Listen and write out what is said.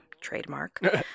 trademark